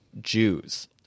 Jews